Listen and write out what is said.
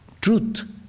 truth